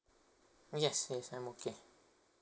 yes yes I'm okay